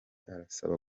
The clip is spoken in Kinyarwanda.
arasaba